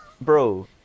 Bro